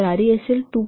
तर आरईएसएल 2